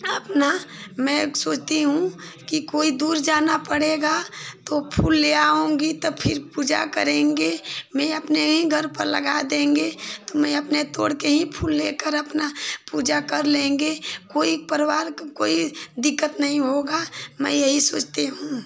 अपना मैं सोचती हूँ कि कोई दूर जाना पड़ेगा तो फूल ले आउंगी त फिर पूजा करेंगे मैं अपने हीं घर पर लगा देंगे तो मैं अपने तोड़ कर ही फूल लेकर अपना पूजा कर लेंगे कोई परिवार का कोई दिक्कत नहीं होगा मैं यही सोचती हूँ